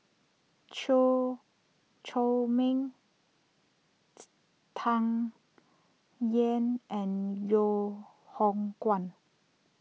Chew Chor Meng Tsung Yeh and Loh Hoong Kwan